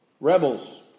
Rebels